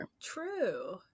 true